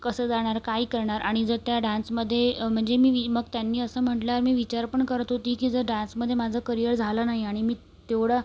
कसं जाणार काय करणार आणि जर त्या डान्समध्ये म्हणजे मी वि मग त्यांनी असं म्हटल्यावर मी विचार पण करत होती की जर डान्समध्ये माझं करियर झालं नाही आणि मी तेवढा